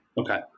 Okay